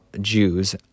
Jews